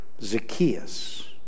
Zacchaeus